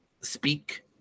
speak